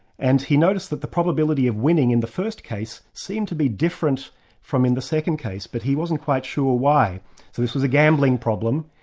and he noticed that the probability of winning in the first case seemed to be different from in the second case, but he wasn't quite sure why. so this was a gambling problem,